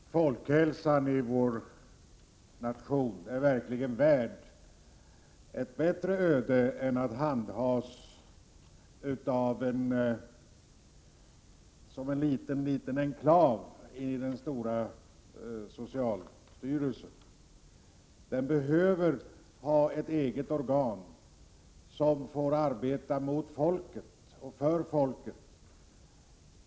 Herr talman! Folkhälsan i vår nation är verkligen värd ett bättre öde än att handhas av en liten enklav i den stora socialstyrelsen. Den behöver ha ett eget organ som får arbeta för folket.